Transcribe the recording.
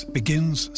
begins